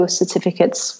certificates